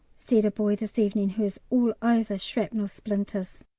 said a boy this evening, who is all over shrapnel splinters.